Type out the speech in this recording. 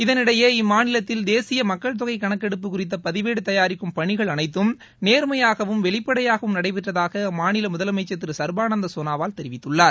இதனிடையே இம்மாநிலத்தில் தேசிய மக்கள்தொகை கணக்கெடுப்பு குறித்த பதிவேடு தயாரிக்கும் பணிகள் அனைத்தும் நேர்மையாகவும் வெளிப்படையாகவும் நடைபெற்றதாக அம்மாநில முதலமைச்சர் திரு சர்பானந்தா சோனாவால் தெரிவித்துள்ளார்